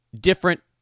different